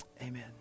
Amen